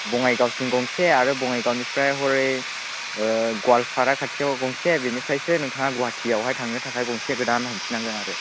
बङाइगावसिम गंसे आरो बङाइगावनिफ्राय हरै ओ गवालपारा खाथियाव गंसे बेनिफ्रायसो नोथाङा गुवाहाटियावहाय थांनो थाखाय गंसे गोदान हमफिन नांगोन आरो